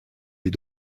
les